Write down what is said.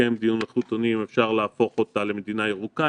מתקיים דיון איכותני אם אפשר להפוך אותה למדינה ירוקה.